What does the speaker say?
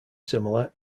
similar